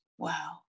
Wow